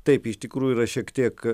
taip iš tikrųjų yra šiek tiek